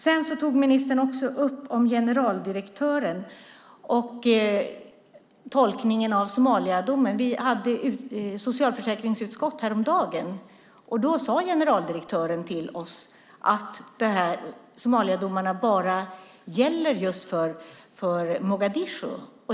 Ministern talade också om generaldirektören och tolkningen av Somaliadomen. Generaldirektören sade häromdagen i socialförsäkringsutskottet till oss att Somaliadomen bara gäller för Mogadishu.